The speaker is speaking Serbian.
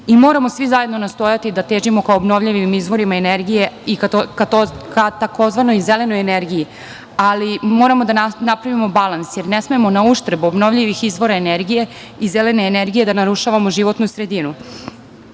I moramo svi zajedno nastojati da težimo ka obnovljivim izvorima energije i ka tzv. zelenoj energiji, ali moramo da napravimo balans, jer ne smemo nauštrb obnovljivih izvora energije i zelene energije da narušavamo životnu sredinu. Proletos